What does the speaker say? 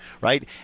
right